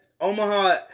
Omaha